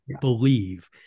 believe